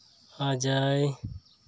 ᱚᱡᱚᱭ